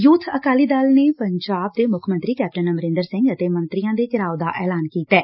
ਯੁਬ ਅਕਾਲੀ ਦਲ ਨੇ ਪੰਜਾਬ ਦੇ ਮੁੱਖ ਮੰਤਰੀ ਕੈਪਟਨ ਅਮਰੰਦਰ ਸਿੰਘ ਅਤੇ ਮੰਤਰੀਆਂ ਦੇ ਘਿਰਾਓ ਦਾ ਐਲਾਨ ਕੀਤੈ